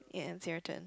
yeah it's your turn